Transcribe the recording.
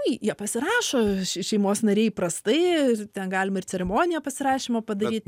jie pasirašo šeimos nariai įprastai ten galima ir ceremoniją pasirašymo padaryt